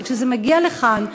אבל כשזה מגיע לכאן,